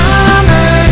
Summer